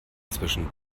zwischen